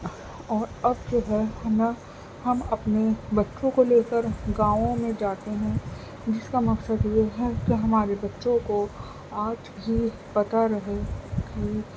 اور اب جو ہے ہمیں ہم اپنے بچوں کو لے کر گاؤں میں جاتے ہیں جس کا مقصد یہ ہے کہ ہمارے بچّے کو آج یہ پتہ رہے کہ